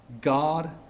God